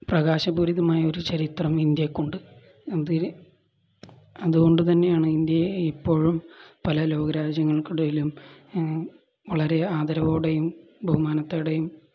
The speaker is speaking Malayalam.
പ്രകാശപൂരിതമായ ഒരു ചരിത്രം ഇന്ത്യക്കുണ്ട് അതുകൊണ്ടുതന്നെയാണ് ഇന്ത്യയെ ഇപ്പോഴും പല ലോകരാജ്യങ്ങൾക്കിടയിലും വളരെ ആദരവോടെയും ബഹുമാനത്തോടെയും